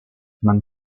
man